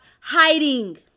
hiding